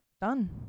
Done